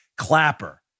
Clapper